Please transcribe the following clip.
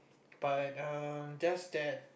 but um just that